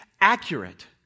accurate